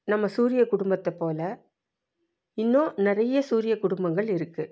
நம்ம சூரியக் குடும்பத்தை போல இன்னும் நிறைய சூரியக் குடும்பங்கள் இருக்குது